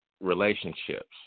relationships